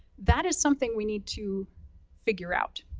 that is something we need to figure out.